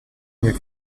mieux